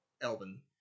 Elven